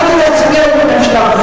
באתי להצביע על מדיניות ממשלה.